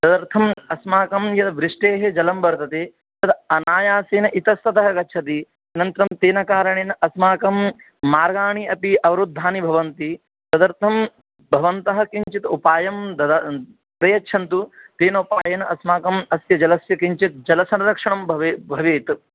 तदर्थं अस्माकं यत् वृष्टेः जलं वर्तते तद् अनायासेन इतस्ततः गच्छति अनन्त्रं तेन कारणेन अस्माकं मार्गाणि अपि अवृद्धानि भवन्ति तदर्थम् भवन्तः किञ्चित् उपायं प्रयच्छन्तु तेन उपायेन अस्माकं अस्य जलस्य किञ्चित् जलसंरक्षणं भवेत्